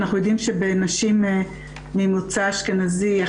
אנחנו יודעים שבנשים ממוצא אשכנזי,